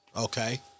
Okay